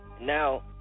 Now